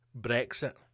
Brexit